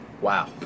Wow